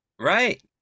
Right